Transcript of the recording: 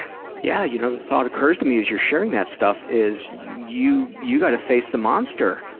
yeah, you know the thought occurs to me, as you're sharing that stuff, is you you gotta face the monster